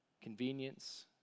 convenience